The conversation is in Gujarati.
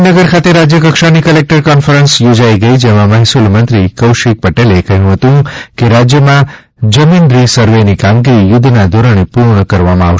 ગાંધીનગર ખાતે રાજ્યકક્ષાની કલેકટર કોન્ફરન્સ યોજાઇ ગઈ જેમાં મહેસુલ મંત્રી કૌશિકભાઇ પટેલે કહ્યું હતું કે રાજ્યમાં જમીન રી સર્વેની કામગીરી યુદ્ધના ધોરણે પૂર્ણ કરવામાં આવે